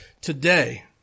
today